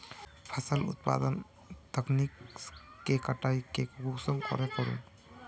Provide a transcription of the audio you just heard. फसल उत्पादन तकनीक के कटाई के समय कुंसम करे करूम?